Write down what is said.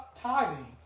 tithing